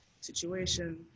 situation